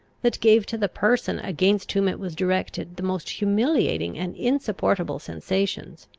that gave to the person against whom it was directed the most humiliating and insupportable sensations.